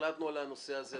החלטנו על הנושא הזה.